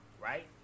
Right